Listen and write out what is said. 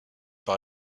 par